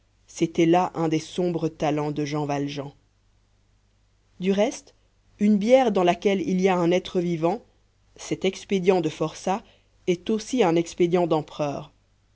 c'était là un des sombres talents de jean valjean du reste une bière dans laquelle il y a un être vivant cet expédient de forçat est aussi un expédient d'empereur